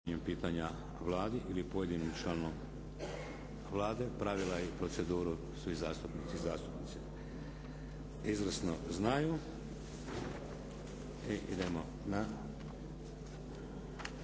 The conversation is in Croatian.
pitanja Vladi ili pojedinom članu Vlade. Pravila i proceduru svi zastupnici i zastupnice izvrsno znaju i idemo na